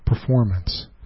performance